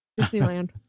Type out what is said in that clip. Disneyland